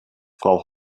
frau